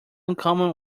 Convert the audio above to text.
uncommon